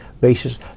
basis